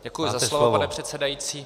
Děkuji za slovo, pane předsedající.